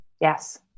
Yes